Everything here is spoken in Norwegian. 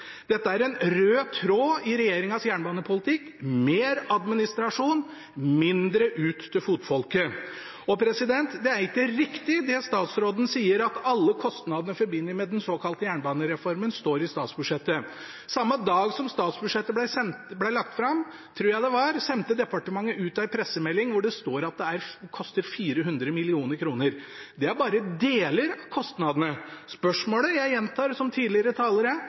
Dette er en rød tråd i regjeringens jernbanepolitikk: mer administrasjon, mindre ut til fotfolket. Det er ikke riktig det statsråden sier, at alle kostnadene forbundet med den såkalte jernbanereformen står i statsbudsjettet. Samme dag som statsbudsjettet ble lagt fram, tror jeg det var, sendte departementet ut en pressemelding hvor det står at det koster 400 mill. kr. Det er bare deler av kostnadene. Spørsmålet er, som fra tidligere talere: